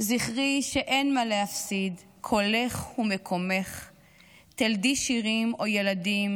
זכרי שאין מה להפסיד: / קולך הוא מקומך / תלדי שירים או ילדים